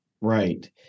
right